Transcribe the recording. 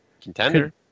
Contender